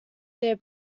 their